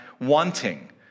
wanting